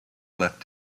left